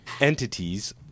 entities